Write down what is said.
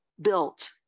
built